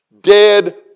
dead